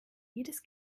jedes